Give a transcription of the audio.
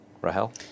Rahel